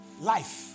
life